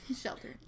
shelter